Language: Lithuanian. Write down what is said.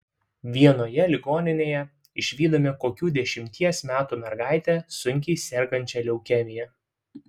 vienoje ligoninėje išvydome kokių dešimties metų mergaitę sunkiai sergančią leukemija